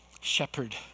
Shepherd